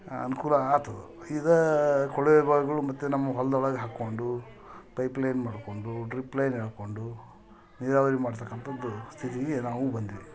ಅನುಕೂಲ ಆಯ್ತು ಇದೇ ಕೊಳವೆ ಬಾವಿಗಳು ಮತ್ತೆ ನಮ್ಮ ಹೊಲ್ದೊಳಗೆ ಹಾಕ್ಕೊಂಡು ಪೈಪ್ ಲೈನ್ ಮಾಡಿಕೊಂಡು ಡ್ರಿಪ್ ಲೈನ್ ಎಳಕೊಂಡು ನೀರಾವರಿ ಮಾಡ್ತಕ್ಕಂತ ಸ್ಥಿತಿಗೆ ನಾವು ಬಂದೀವಿ